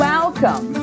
Welcome